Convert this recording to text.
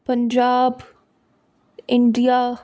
Punjab India